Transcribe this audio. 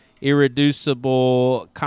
irreducible –